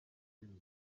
yujuje